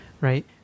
Right